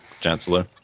Chancellor